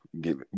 give